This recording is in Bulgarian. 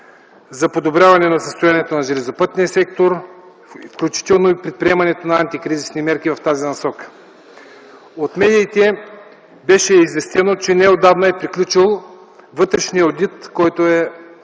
за подобряване на състоянието на железопътния сектор, включително и в предприемане на антикризисни мерки в тази насока. От медиите беше известено, че неотдавна е приключил вътрешния одит, който е